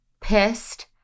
pissed